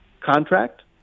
contract